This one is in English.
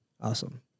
Awesome